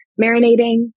marinating